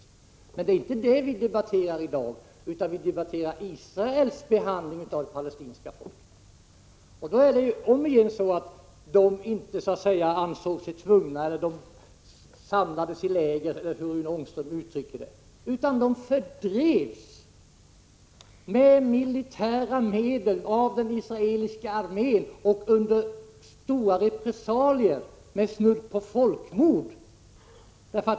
Men det är inte detta som vi debatterar i dag, utan vi debatterar Israels behandling av det palestinska folket. Då får jag på nytt framhålla att det inte var så, att palestinierna ”ansåg sig tvungna eller samlades i läger” — eller hur nu Rune Ångström uttryckte det. Palestinierna fördrevs med militära medel av den israeliska armén. Det var svåra repressalier och nästan folkmord.